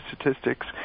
statistics